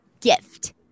gift